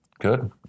Good